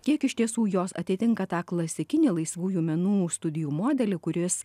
kiek iš tiesų jos atitinka tą klasikinį laisvųjų menų studijų modelį kuris